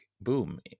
boom